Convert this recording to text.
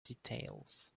details